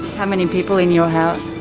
how many people in your house?